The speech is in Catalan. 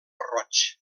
roig